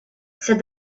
said